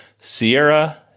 Sierra